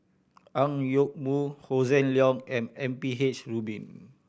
Ang Yoke Mooi Hossan Leong and M P H Rubin